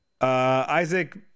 Isaac